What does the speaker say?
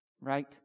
right